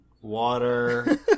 water